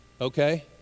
Okay